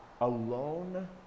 alone